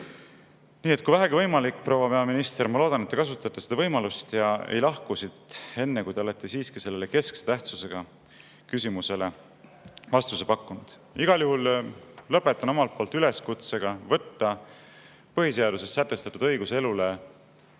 Nii et kui vähegi võimalik, proua peaminister, ma loodan, et te kasutate seda võimalust ja ei lahku siit enne, kui te olete siiski sellele keskse tähtsusega küsimusele vastuse pakkunud. Igal juhul lõpetan omalt poolt üleskutsega võtta tõsiselt põhiseaduses sätestatud ideaali, et